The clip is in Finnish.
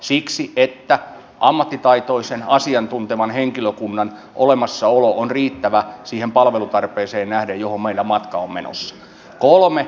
siksi että ammattitaitoisen asiantuntevan henkilökunnan olemassa olo on riittävä siihen palvelutarpeeseen nähden johon meidän matka on menossa